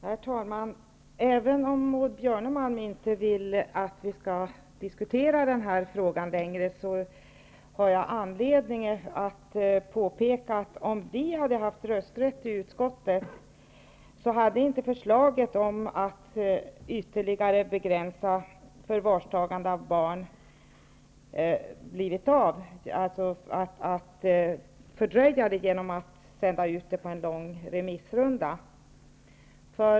Herr talman! Även om Maud Björnemalm inte vill att vi skall diskutera frågan längre, har jag anledning att påpeka att om vi hade haft rösträtt i utskottet hade en ytterligare begränsning av förvarstagande av barn inte fördröjts genom en lång remissrunda.